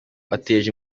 wateje